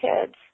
kids